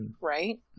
right